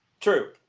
true